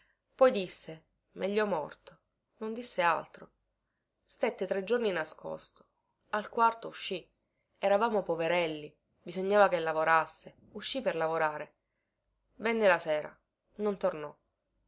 poi disse meglio morto non disse altro stette tre giorni nascosto al quarto uscì eravamo poverelli bisognava che lavorasse uscì per lavorare venne la sera non tornò